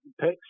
picks